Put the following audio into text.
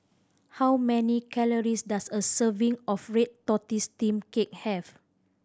how many calories does a serving of red tortoise steamed cake have